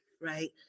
right